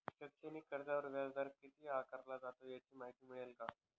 शैक्षणिक कर्जावर व्याजदर किती आकारला जातो? याची माहिती मिळेल का?